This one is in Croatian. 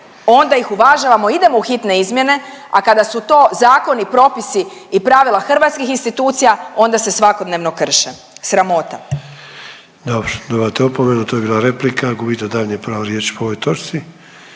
onda ih uvažavamo, idemo u hitne izmjene, a kada su to zakoni, propisi i pravila hrvatskih institucija onda se svakodnevno krše. Sramota! **Sanader, Ante (HDZ)** Dobro. Dobivate opomenu. To je bila replika. Gubite daljnje pravo riječi po ovoj točci.